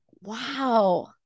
Wow